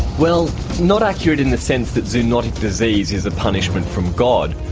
well not accurate in a sense that zoonotic disease is a punishment from god.